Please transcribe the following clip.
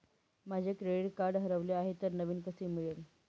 माझे credit card हरवले आहे तर नवीन कसे मिळेल?